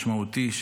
משמעותי,